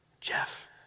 Jeff